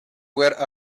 were